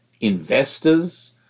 investors